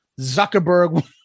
Zuckerberg